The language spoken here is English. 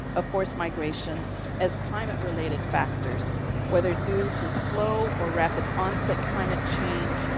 of course, migration as climate related factors whether due to slow or rapid onset climate change,